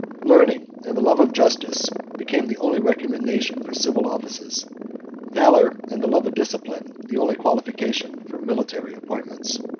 learning, and the love of justice, became the only recommendations for civil offices valor, and the love of discipline, the only qualifications for military employments.